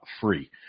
Free